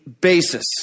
basis